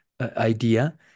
idea